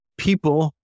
people